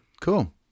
Cool